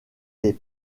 les